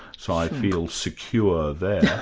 so i feel secure there.